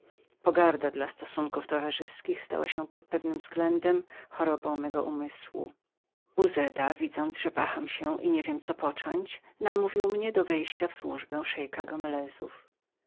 pogarda do stosunków towarzyskich stała się pod pewnym względem chorobą mego umysłu uzeda widząc że wahałem się niewiedząc co począć namówił mnie do wejścia w służbę szeika gomelezów cóż